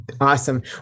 Awesome